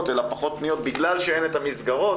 אלא פחות פניות בגלל שאין את המסגרות,